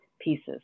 pieces